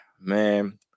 Man